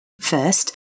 First